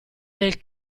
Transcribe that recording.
del